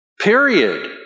Period